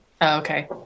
Okay